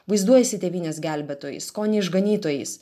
vaizduojasi tėvynės gelbėtojais skonio išganytojais